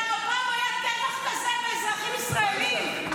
למה, פעם היה טבח כזה באזרחים ישראלים?